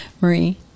Marie